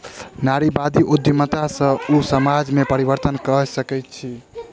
नारीवादी उद्यमिता सॅ ओ समाज में परिवर्तन कय सकै छै